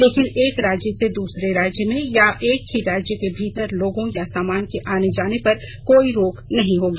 लेकिन एक राज्य र्स दूसरे राज्य में या एक ही राज्य के भीतर लोगों या सामान के आने जाने पर कोई रोक नहीं होगी